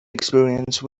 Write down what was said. experience